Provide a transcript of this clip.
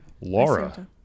Laura